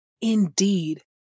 Indeed